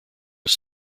was